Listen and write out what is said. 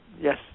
yes